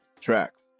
tracks